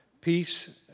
peace